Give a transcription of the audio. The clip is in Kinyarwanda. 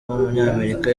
w’umunyamerika